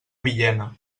villena